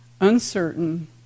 uncertain